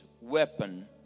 weapon